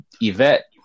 Yvette